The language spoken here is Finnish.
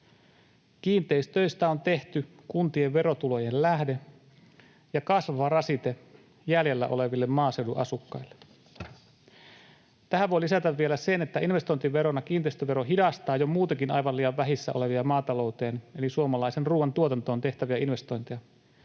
”Kiinteistöistä on tehty kuntien verotulojen lähde ja kasvava rasite jäljellä oleville maaseudun asukkaille.” Tähän voi lisätä vielä sen, että investointiverona kiinteistövero hidastaa jo muutenkin aivan liian vähissä olevia maatalouteen eli suomalaiseen ruoantuotantoon tehtäviä investointeja